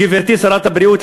גברתי שרת הבריאות,